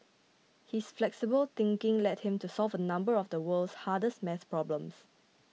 his flexible thinking led him to solve a number of the world's hardest math problems